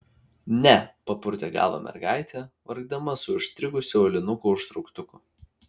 ne papurtė galvą mergaitė vargdama su užstrigusiu aulinuko užtrauktuku